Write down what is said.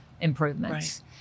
improvements